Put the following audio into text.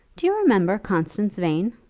do you remember constance vane?